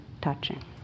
touching